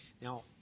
Now